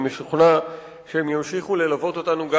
אני משוכנע שהם ימשיכו ללוות אותנו גם